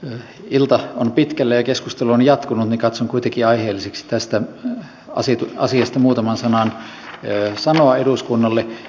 vaikka ilta on pitkällä ja keskustelu on jatkunut niin katson kuitenkin aiheelliseksi tästä asiasta muutaman sanan sanoa eduskunnalle